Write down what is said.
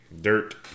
Dirt